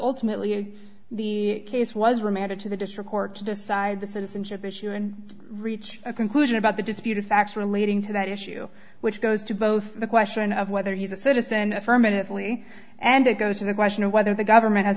ultimately the case was remanded to the district court to decide the citizenship issue and reach a conclusion about the disputed facts relating to that issue which goes to both the question of whether he's a citizen affirmatively and it goes to the question of whether the government has